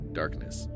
darkness